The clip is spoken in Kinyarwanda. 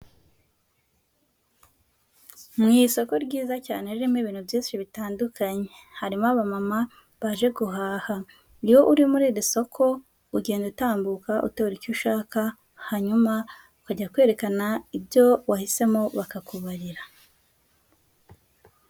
Mu isoko ryiza cyane ririmo ibintu byinshi bitandukanye harimo aba mama baje guhaha iyo uri muri iri soko ugenda utambuka utora icyo ushaka hanyuma ukajya kwerekana ibyo wahisemo bakakubarira.